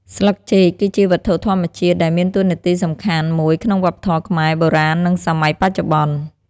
ស្លឹកចេក គឺជាវត្ថុធម្មជាតិដែលមានតួនាទីសំខាន់មួយក្នុងវប្បធម៌ខ្មែរ បុរាណនិងសម័យបច្ចុប្បន្ន។